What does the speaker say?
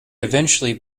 eventually